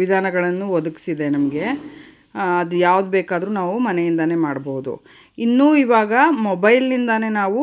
ವಿಧಾನಗಳನ್ನು ಒದಗಿಸಿದೆ ನಮಗೆ ಅದು ಯಾವ್ದು ಬೇಕಾದ್ರೂ ನಾವು ಮನೆಯಿಂದಾನೇ ಮಾಡ್ಬೌದು ಇನ್ನೂ ಇವಾಗ ಮೊಬೈಲ್ನಿಂದಾನೇ ನಾವು